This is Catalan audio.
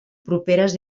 properes